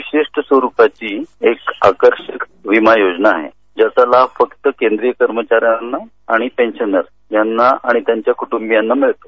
विशिष्ठ स्वरुपाची क्र आकर्षक विमा योजना आहे ज्याचा लाभ फक्त केंद्रीय कर्मचाऱ्यांना आणि पेंशनर यांना आणि त्यांच्या कुटुंबियांना मिळतो